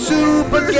Super